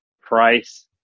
price